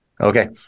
okay